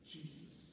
Jesus